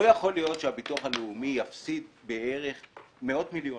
אבל לא יכול להיות שהביטוח הלאומי יפסיד מאות מיליונים,